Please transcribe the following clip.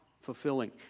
fulfilling